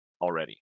already